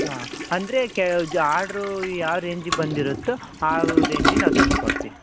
ಹಾಂ ಅಂದ್ರೆ ಆರ್ಡ್ರೂ ಯಾವ ರೇಂಜಿಗೆ ಬಂದು ಇರತ್ತೊ ಆ ರೇಂಜಿಗೆ ನಾ ತಂದು ಕೊಡ್ತಿನಿ